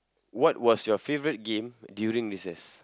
what was your favorite game during recess